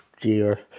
dear